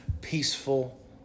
peaceful